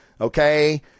Okay